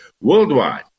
worldwide